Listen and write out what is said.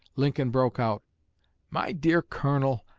lincoln broke out my dear colonel,